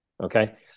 Okay